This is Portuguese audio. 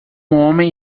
homem